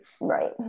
Right